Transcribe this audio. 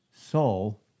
Soul